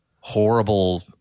horrible